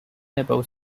above